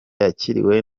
yakiriwe